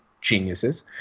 Geniuses